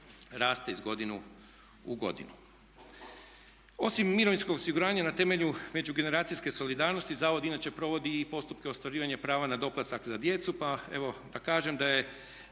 raste iz godine u godinu. Osim mirovinskog osiguranja na temelju međugeneracijske solidarnosti zavod inače provodi i postupke ostvarivanja prava na doplatak za djecu pa evo da kažem da je